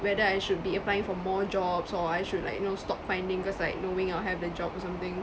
whether I should be applying for more jobs or I should like you know stop finding because like knowing I'll have the job or something